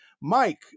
Mike